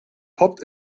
poppt